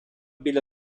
біля